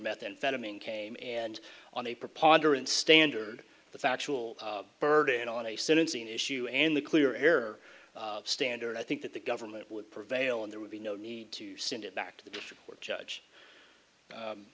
methamphetamine came and on a preponderance standard the factual burden on a sentencing issue and the clear air standard i think that the government would prevail and there would be no need to send it back to the judge u